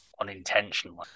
unintentionally